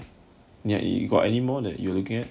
ya you got anymore that you looking at